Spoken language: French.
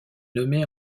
nommée